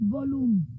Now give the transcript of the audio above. Volume